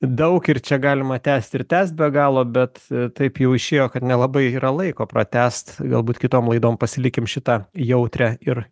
daug ir čia galima tęst ir tęst be galo bet taip jau išėjo kad nelabai yra laiko pratęst galbūt kitom laidom pasilikim šitą jautrią ir